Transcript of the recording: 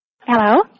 Hello